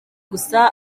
gusa